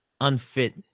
unfit